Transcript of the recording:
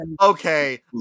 okay